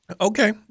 Okay